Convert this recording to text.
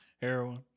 heroin